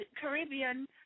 Caribbean